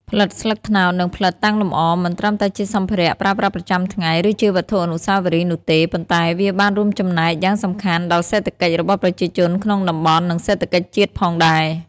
ផ្លិតស្លឹកត្នោត និងផ្លិតតាំងលម្អ មិនត្រឹមតែជាសម្ភារៈប្រើប្រាស់ប្រចាំថ្ងៃ ឬជាវត្ថុអនុស្សាវរីយ៍នោះទេ ប៉ុន្តែវាបានរួមចំណែកយ៉ាងសំខាន់ដល់សេដ្ឋកិច្ចរបស់ប្រជាជនក្នុងតំបន់ និងសេដ្ឋកិច្ចជាតិផងដែរ។